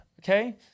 Okay